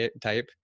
type